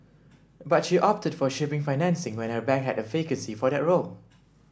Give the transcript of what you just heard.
but she opted for shipping financing when her bank had a vacancy for that role